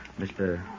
Mr